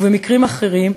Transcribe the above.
ובמקרים אחרים,